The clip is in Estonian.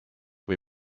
või